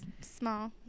small